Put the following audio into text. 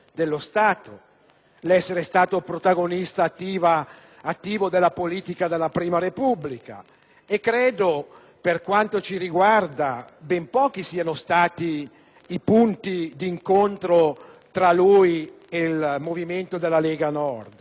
l'essere stato protagonista attivo della politica della prima Repubblica, e credo, per quanto ci riguarda, che ben pochi siano stati i punti di incontro tra lui e il movimento della Lega Nord.